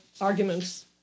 arguments